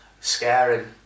scaring